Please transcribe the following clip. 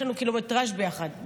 יש לנו קילומטרז' ביחד,